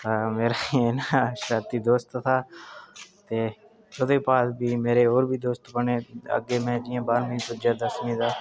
मास्टरै कन्नै कोई पंगा शरारत नेईं करनी